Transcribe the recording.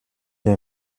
les